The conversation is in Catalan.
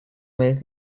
més